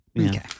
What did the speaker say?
Okay